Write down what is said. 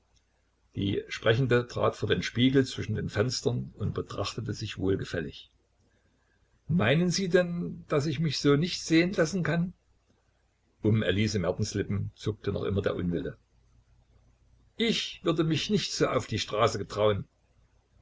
die sprechende trat vor den spiegel zwischen den fenstern und betrachtete sich wohlgefällig meinen sie denn daß ich mich so nicht sehen lassen kann um elise mertens lippen zuckte noch immer der unwille ich würde mich nicht so auf die straße getrauen